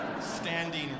standing